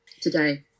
today